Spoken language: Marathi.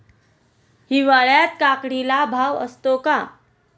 हिवाळ्यात काकडीला भाव असतो का?